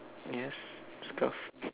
yes scarf